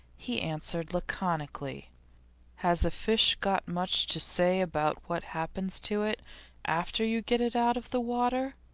he answered laconically has a fish got much to say about what happens to it after you get it out of the water?